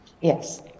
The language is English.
Yes